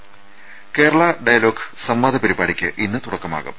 ത കേരളാ ഡയലോഗ് സംവാദ പരിപാടിയ്ക്ക് ഇന്ന് തുടക്കമാകും